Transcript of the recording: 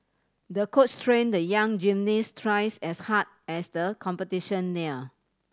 the coach trained the young gymnast twice as hard as the competition neared